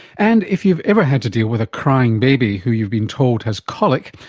and if you've ever had to deal with a crying baby who you've been told has colic,